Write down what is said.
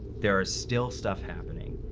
there is still stuff happening.